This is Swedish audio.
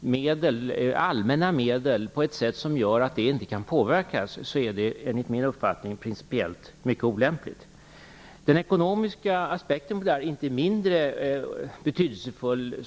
binder allmänna medel på ett sådant sätt att de inte kan påverkas, är det enligt min uppfattning principellt mycket olämpligt. Den ekonomiska aspekten är inte mindre betydelsefull.